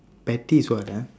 petty is what ah